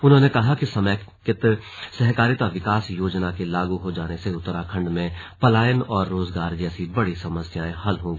उन्होंने कहा कि समेकित सहकारिता विकास योजना के लागू हो जाने से उत्तराखंड में पलायन और रोजगार जैसी बड़ी समस्याएं हल होंगी